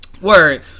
Word